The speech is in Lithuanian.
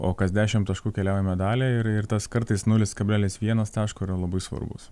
o kas dešimt taškų keliaujame daliai ir ir tas kartais nulis kablelis vienas taško yra labai svarbus